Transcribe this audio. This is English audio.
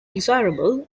desirable